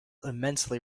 immensely